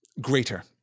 Greater